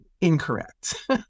incorrect